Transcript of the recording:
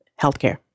healthcare